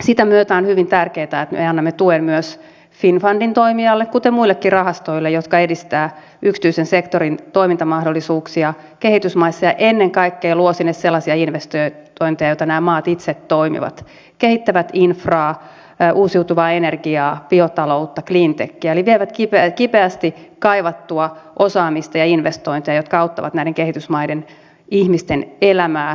sitä myötä on hyvin tärkeätä että me annamme tuen myös finnfundin toiminnalle kuten muillekin rahastoille jotka edistävät yksityisen sektorin toimintamahdollisuuksia kehitysmaissa ja ennen kaikkea luovat sinne sellaisia investointeja joita nämä maat itse toivovat kehittävät infraa uusiutuvaa energiaa biotaloutta cleantechiä eli vievät kipeästi kaivattua osaamista ja investointeja jotka auttavat kehitysmaiden ihmisten elämää